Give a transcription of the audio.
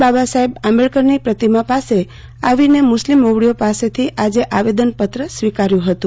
બાબા સાહેબ આંબેડકરની પ્રતિમા પાસે આવીને મુસ્લિમ મોવડીઓ પાસેથી આવેદનપત્ર સ્વિકાર્યું હતું